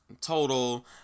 total